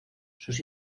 sus